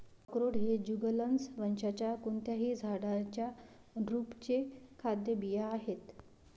अक्रोड हे जुगलन्स वंशाच्या कोणत्याही झाडाच्या ड्रुपचे खाद्य बिया आहेत